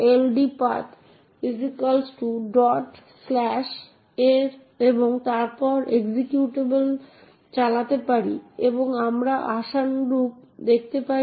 file system এবং ব্যবহারকারী বা প্রমাণীকরণের প্রকারের অ্যাক্সেস কন্ট্রোল মেকানিজম ছাড়াও হার্ডওয়্যারের সাথে অপারেটিং সিস্টেমগুলিও একটি প্রসেস মেমরিকে অন্য প্রসেস থেকে রক্ষা করতে ভূমিকা পালন করে